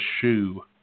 shoe